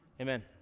Amen